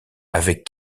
avec